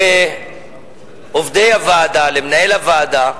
ולעובדי הוועדה, למנהל הוועדה,